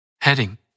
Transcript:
Heading